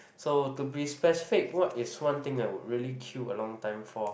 so to be specific what is one thing that would really queue a long time for